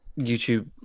YouTube